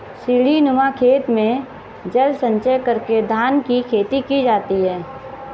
सीढ़ीनुमा खेत में जल संचय करके धान की खेती की जाती है